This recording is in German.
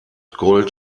gold